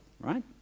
Right